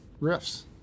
riffs